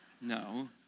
No